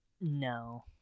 no